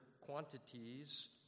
quantities